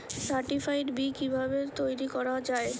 Certified বি কিভাবে তৈরি করা যায়?